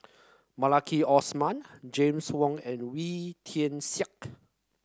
Maliki Osman James Wong and Wee Tian Siak